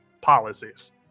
policies